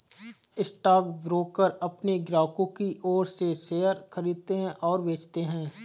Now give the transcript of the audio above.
stockbroker अपने ग्राहकों की ओर से शेयर खरीदते हैं और बेचते हैं